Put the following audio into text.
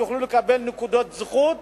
יוכלו לקבל נקודות זכות